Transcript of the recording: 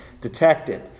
detected